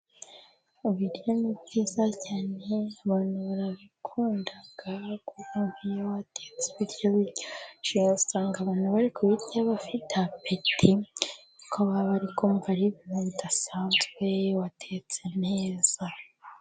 Ibiryo ni byiza cyane abantu barabikunda. Kuko ngiyo watetse bityo biryoshye usanga abantu babirya bafite peti, kuko baba ari kumva ar'ibintu bidasanzwe watetse neza.